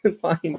Fine